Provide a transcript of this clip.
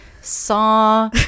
saw